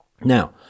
Now